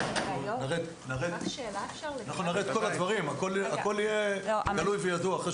אנחנו נראה את כל הדברים, הכל יהיה גלוי וידוע.